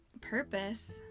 purpose